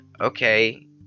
okay